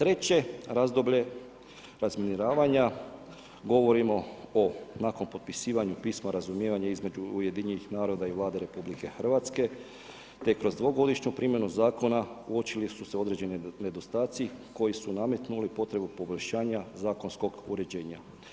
Treće razdoblje razminiravanja, govorimo nakon potpisivanja pisma razumijevanja između UN-a i Vlade RH te kroz dvogodišnju primjenu zakona uočili su se određeni nedostaci koji su nametnuli potrebu poboljšanja zakonskog uređenja.